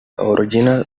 original